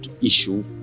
issue